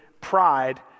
pride